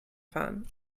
fahren